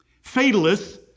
Fatalists